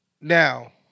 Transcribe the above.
Now